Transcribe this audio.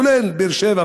כולל באר-שבע